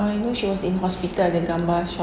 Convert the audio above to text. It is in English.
I know she was in hospital ada gambar shot